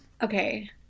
Okay